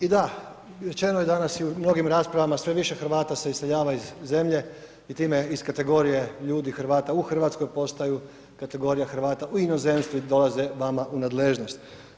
I da, rečeno je danas i u mnogim raspravama sve više Hrvata se iseljava iz zemlje i time iz kategorije ljudi Hrvata u Hrvatskoj postaju kategorija Hrvata u inozemstvu i dolaze vama u nadležnost.